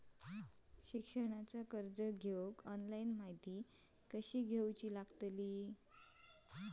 शिक्षणाचा कर्ज घेऊक ऑनलाइन माहिती कशी घेऊक हवी?